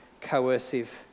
coercive